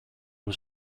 was